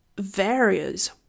varies